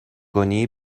کنی